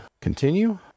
continue